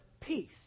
peace